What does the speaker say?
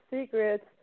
secrets